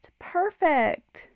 perfect